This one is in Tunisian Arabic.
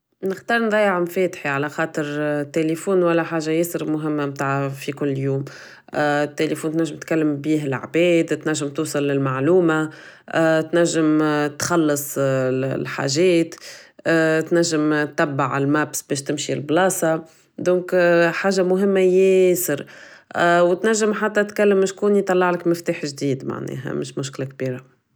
نختار نضيع مفاتحي علخاطر تيليفون ولا حاجة ياسر مهمة متاع في كل يوم تيلفون تنجم تكلم بيه العباد تنجم توصل لمعلومة تنجم تخلص الحاجات تنجم تبع المابس بش تمشي لبلاصة دونك حاجة مهمة ياسر و تنجم تكلم شكون يطلعلك مفتاح جديد معناها مش مشكلة كبيرة